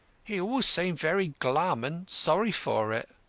he always seemed very glum and sorry for it.